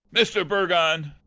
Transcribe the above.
mr. purgon!